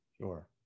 Sure